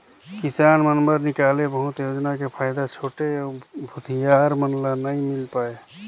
किसान मन बर निकाले बहुत योजना के फायदा छोटे अउ भूथियार मन ल नइ मिल पाये